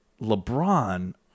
LeBron